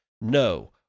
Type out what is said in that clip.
No